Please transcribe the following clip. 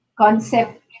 concept